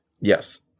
Yes